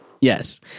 Yes